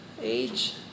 age